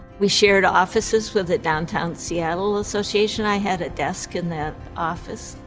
we shared offices with the downtown seattle association. i had a desk in that office.